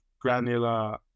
granular